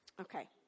Okay